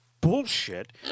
bullshit